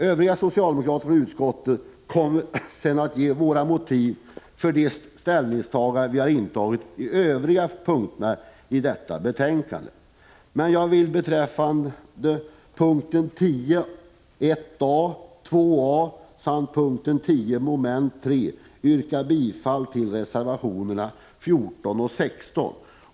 Övriga socialdemokrater från utskottet kommer senare att ge motiven för våra ställningstaganden på de andra punkterna i betänkandet. Jag vill beträffande punkt 10 mom. 1 a och 2 a samt punkt 10 mom. 3 yrka bifall till reservationerna 14 och 16.